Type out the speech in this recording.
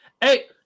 Hey